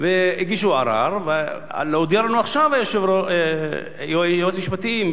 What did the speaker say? הם הגישו ערר, ועכשיו הודיע לנו היועץ המשפטי בכתב